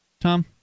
Tom